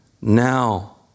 now